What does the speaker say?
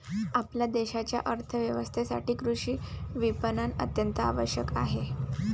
आपल्या देशाच्या अर्थ व्यवस्थेसाठी कृषी विपणन अत्यंत आवश्यक आहे